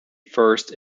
first